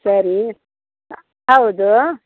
ಸರಿ ಹೌದೂ